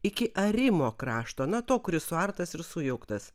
iki arimo krašto na to kuris suartas ir sujauktas